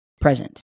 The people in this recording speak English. present